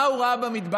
מה הוא ראה במדבר?